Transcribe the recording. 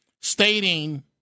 stating